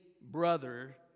brother